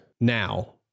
now